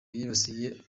yibasiye